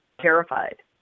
terrified